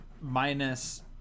minus